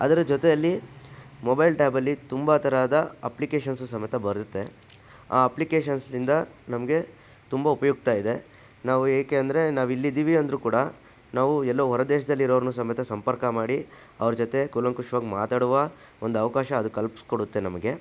ಅದರ ಜೊತೆಯಲ್ಲಿ ಮೊಬೈಲ್ ಟ್ಯಾಬಲ್ಲಿ ತುಂಬ ತರಹದ ಅಪ್ಲಿಕೇಷನ್ಸು ಸಮೇತ ಬರುತ್ತೆ ಆ ಅಪ್ಲಿಕೇಷನ್ಸಿಂದ ನಮಗೆ ತುಂಬ ಉಪಯುಕ್ತ ಇದೆ ನಾವು ಏಕೆ ಅಂದರೆ ನಾವಿಲ್ಲಿದ್ದೀವಿ ಅಂದರೂ ಕೂಡ ನಾವು ಎಲ್ಲೋ ಹೊರದೇಶದಲ್ಲಿರೋರ್ನು ಸಮೇತ ಸಂಪರ್ಕ ಮಾಡಿ ಅವರ ಜೊತೆ ಕೂಲಂಕಶ್ವಾಗಿ ಮಾತಾಡುವ ಒಂದು ಅವಕಾಶ ಅದು ಕಲ್ಪ್ಸ್ಕೊಡುತ್ತೆ ನಮಗೆ